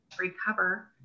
recover